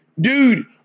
dude